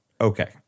okay